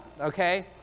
okay